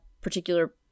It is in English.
particular